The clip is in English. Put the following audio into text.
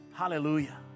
Hallelujah